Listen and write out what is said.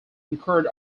incurred